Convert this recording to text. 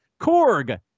Korg